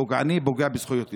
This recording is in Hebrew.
פוגעני ופוגע בזכויות יסוד.